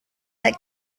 that